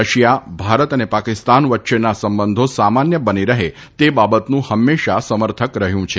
Russia Bharat અને પાકિસ્તાન વચ્ચેના સંબંધો સામાન્ય બની રહે તે બાબતનું હંમેશા સમર્થક રહયું છે